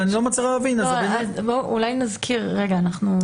נו נכנסים כאן לעידן שבו כל גוף שייכנס לדיוור הדיגיטלי כתוצאה מהחוק,